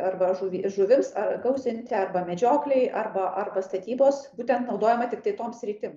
arba žuvi žuvims ar gausinti arba medžioklei arba arba statybos būtent naudojama tiktai toms sritim